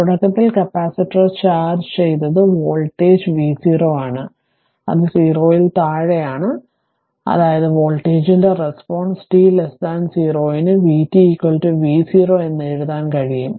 തുടക്കത്തിൽ capacitor charge ചെയ്തത് voltage v0 ആണ് അത് 0 ൽ താഴെയാണ് അതായത് വോൾട്ടേജിന്റെ റെസ്പോൺസ് t0 ന് vt v0 എന്ന് എഴുതാൻ കഴിയും